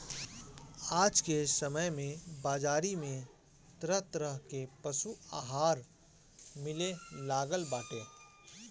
आज के समय में बाजारी में तरह तरह के पशु आहार मिले लागल बाटे